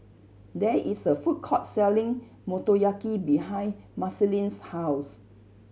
there is a food court selling Motoyaki behind Marceline's house